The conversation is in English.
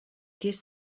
gives